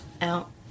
out